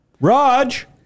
Raj